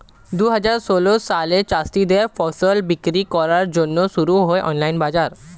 দুহাজার ষোল সালে চাষীদের ফসল বিক্রি করার জন্যে শুরু হয় অনলাইন বাজার